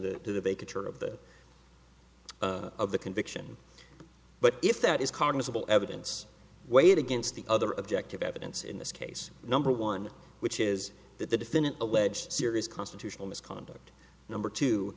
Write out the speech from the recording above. the make a tour of the of the conviction but if that is cognizable evidence weighed against the other objective evidence in this case number one which is that the defendant alleged serious constitutional misconduct number t